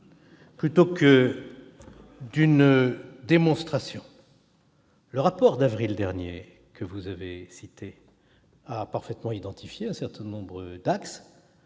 -plutôt que d'une démonstration. Le rapport d'avril dernier que vous avez cité a parfaitement identifié un certain nombre d'axes